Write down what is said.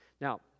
Now